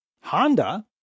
honda